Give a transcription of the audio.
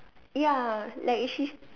ya like is she